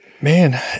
Man